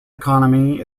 economy